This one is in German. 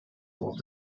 wort